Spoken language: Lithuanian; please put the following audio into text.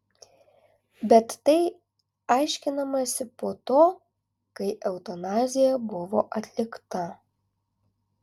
bet tai aiškinamasi po to kai eutanazija buvo atlikta